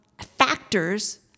factors